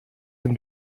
dem